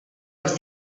els